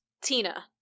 Tina